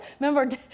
Remember